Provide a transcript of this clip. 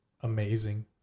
amazing